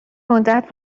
مدت